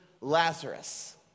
Lazarus